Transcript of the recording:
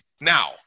Now